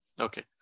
okay